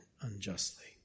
unjustly